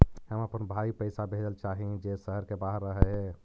हम अपन भाई पैसा भेजल चाह हीं जे शहर के बाहर रह हे